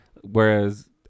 Whereas